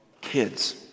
kids